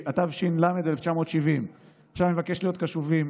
התש"ל 1970. עכשיו אני מבקש להיות קשובים,